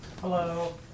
Hello